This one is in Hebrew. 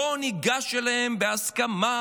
בואו ניגש אליהם בהסכמה,